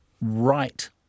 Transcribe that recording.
right